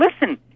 listen